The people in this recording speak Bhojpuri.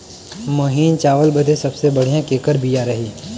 महीन चावल बदे सबसे बढ़िया केकर बिया रही?